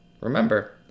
remember